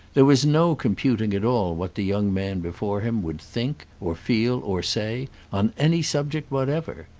there was no computing at all what the young man before him would think or feel or say on any subject whatever.